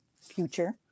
future